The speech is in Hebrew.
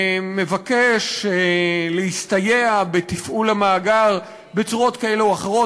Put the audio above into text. מבקש להסתייע בתפעול המאגר בצורות כאלה או אחרות,